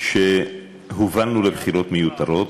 שהוּבלנו לבחירות מיותרות,